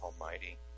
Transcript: Almighty